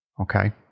okay